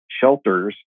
shelters